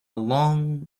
long